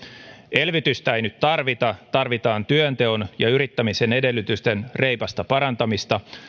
elvytystä ei nyt tarvita tarvitaan työnteon ja yrittämisen edellytysten reipasta parantamista